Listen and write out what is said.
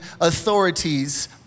authorities